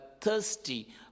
thirsty